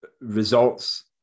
results